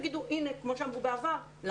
יאמרו כמו שאמרו בעבר: הנה,